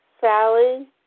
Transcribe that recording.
Sally